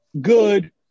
good